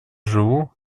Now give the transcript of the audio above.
живу